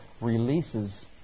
releases